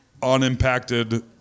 unimpacted